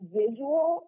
visual